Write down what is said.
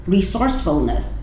Resourcefulness